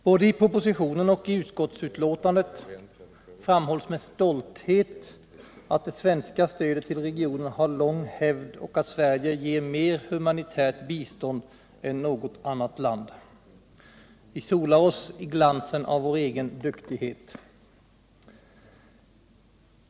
Både i propositionen och i utskottsbetänkandet framhålls med stolthet att det svenska stödet till regionen har lång hävd och att Sverige ger mer humanitärt bistånd än något annat land. Vi solar oss i glansen av vår egen duktighet.